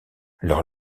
leur